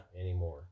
anymore